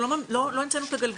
אנחנו לא המצאנו את הגלגל,